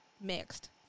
mixed